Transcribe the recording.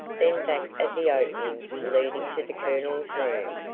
then back at the opening leading to the colonel's room,